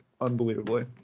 unbelievably